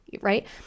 right